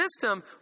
system